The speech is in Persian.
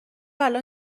الان